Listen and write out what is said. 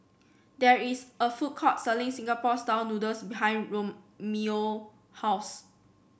there is a food court selling Singapore style noodles behind Romello house